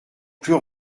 plus